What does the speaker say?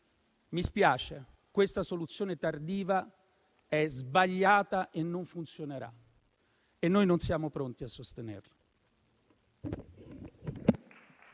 Mi spiace ma questa soluzione tardiva è sbagliata, non funzionerà e noi non siamo pronti a sostenerla.